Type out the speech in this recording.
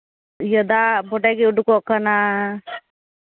ᱫᱟᱜ ᱵᱚᱰᱮᱜᱮ ᱩᱰᱩᱠᱚᱜ ᱠᱟᱱᱟ